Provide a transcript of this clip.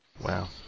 Wow